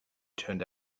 turned